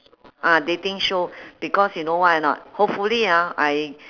ah dating show because you know why or not hopefully ah I